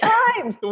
times